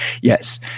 Yes